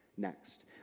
next